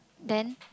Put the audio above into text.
then